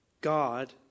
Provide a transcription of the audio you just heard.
God